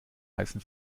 heißen